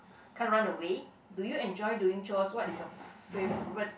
can't run away do you enjoy doing chores what is your favorite